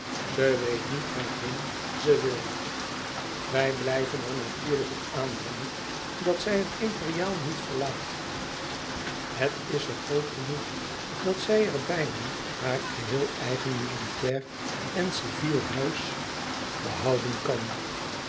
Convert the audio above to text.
ze weet niet waarheen ze wil wij blijven er natuurlijk op aandringen dat zij het imperiaal niet verlaat het is er groot genoeg dat zij er bijna haar geheel eigen militair en civiel huis behouden kan